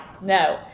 no